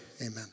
Amen